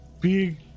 Big